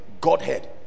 godhead